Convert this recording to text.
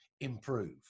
improve